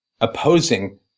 opposing